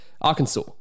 Arkansas